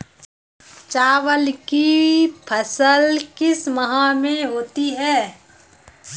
चावल की फसल किस माह में होती है?